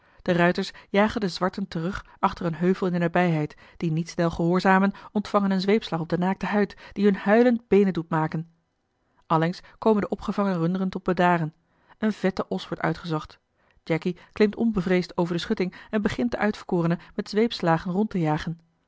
de ruiters jagen de zwarten terug achter een heuvel in de nabijheid die niet eli heimans willem roda snel gehoorzamen ontvangen een zweepslag op de naakte huid die hun huilend beenen doet maken allengs komen de opgevangen runderen tot bedaren een vette os wordt uitgezocht jacky klimt onbevreesd over de schutting en begint den uitverkorene met zweepslagen rond te jagen